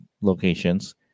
locations